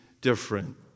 different